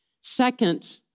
Second